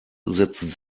setzt